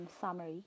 summary